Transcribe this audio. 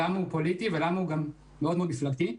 הארגון הזה הוא פוליטי ומאוד מאוד מפלגתי.